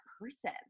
person